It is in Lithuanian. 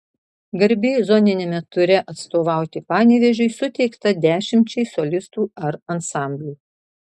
garbė zoniniame ture atstovauti panevėžiui suteikta dešimčiai solistų ar ansamblių